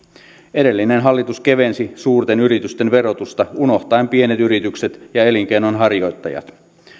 edellinen hallitus kevensi suurten yritysten verotusta unohtaen pienet yritykset ja elinkeinonharjoittajat